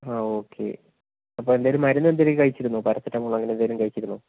ആ ഓക്കെ അപ്പോൾ എന്തെങ്കിലും മരുന്ന് എന്തെങ്കിലും കഴിച്ചായിരുന്നോ പാരസെറ്റമോൾ അങ്ങനെ എന്തെങ്കിലും കഴിച്ചിരുന്നോ